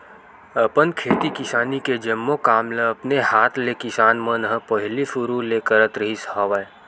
अपन खेती किसानी के जम्मो काम ल अपने हात ले किसान मन ह पहिली सुरु ले करत रिहिस हवय